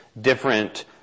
different